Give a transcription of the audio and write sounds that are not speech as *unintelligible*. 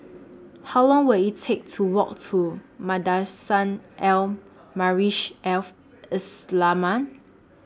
How Long Will IT Take to Walk to Madrasah Al *unintelligible* Al Islamiah